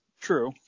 true